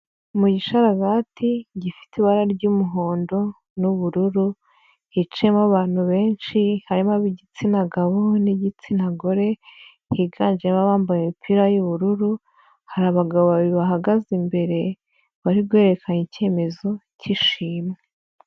Mu gisharagati gifite ibara ry'umuhondo n'ubururu. Hicayemo abantu benshi. Harimo ab'igitsina gabo n'igitsina gore. Higanjemo abambaye imipira y'ubururu. Hari abagabo babiri bahagaze imbere, bari guherekana ikemezo k'ishimwe.